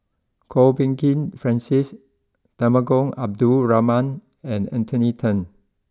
Kwok Peng Kin Francis Temenggong Abdul Rahman and Anthony then